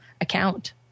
account